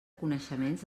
coneixements